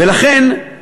ולכן,